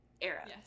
era